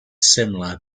similar